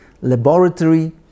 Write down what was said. laboratory